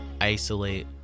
isolate